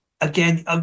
Again